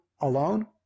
alone